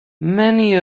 many